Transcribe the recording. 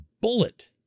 bullet